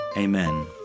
Amen